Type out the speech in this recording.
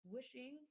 Wishing